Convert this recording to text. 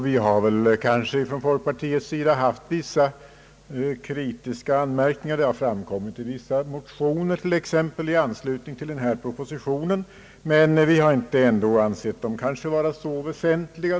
Vi har från folkpartiets sida här haft vissa kritiska anmärkningar — något som har framkommit i vissa motioner t.ex. i anslutning till den föreliggande propositionen. Men vi har ändå inte ansett dessa anmärkningar vara så väsentliga.